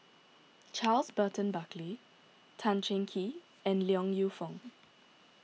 Charles Burton Buckley Tan Cheng Kee and Yong Lew Foong